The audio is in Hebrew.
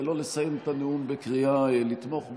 ולא לסיים את הנאום בקריאה לתמוך בו.